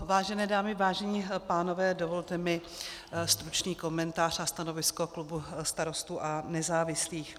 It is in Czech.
Vážené dámy, vážení pánové, dovolte stručný komentář a stanovisko klubu Starostů a nezávislých.